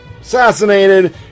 assassinated